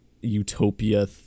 utopia